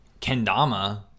Kendama